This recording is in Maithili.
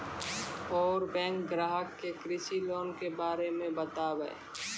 और बैंक ग्राहक के कृषि लोन के बारे मे बातेबे?